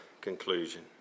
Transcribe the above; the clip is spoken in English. conclusion